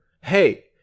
Hey